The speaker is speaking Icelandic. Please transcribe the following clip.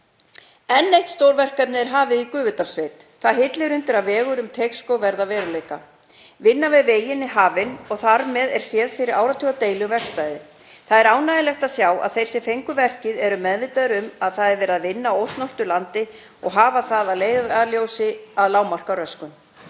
Enn eitt stóra verkefnið er hafið í Gufudalssveit. Það hillir undir að vegur um Teigsskóg verði að veruleika. Vinna við veginn er hafin og þar með er séð fyrir áratugadeilu um vegstæðið. Það er ánægjulegt að sjá að þeir sem fengu verkið eru meðvitaðir um að það er verið að vinna á ósnortnu landi og hafa það að leiðarljósi að lágmarka röskun.